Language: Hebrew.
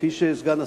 כפי שהעיר סגן השר,